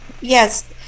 yes